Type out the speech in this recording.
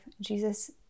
Jesus